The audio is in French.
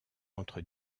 entre